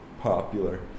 popular